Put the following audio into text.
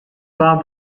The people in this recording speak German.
war